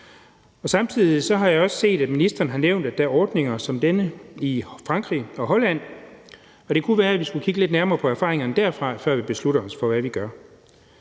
Samtidig har jeg også set, at ministeren har nævnt, at der er ordninger som denne i Frankrig og Holland. Det kunne være, at vi skulle kigge lidt nærmere på erfaringerne derfra, før vi beslutter os for, hvad vi skal